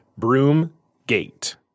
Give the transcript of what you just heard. Broomgate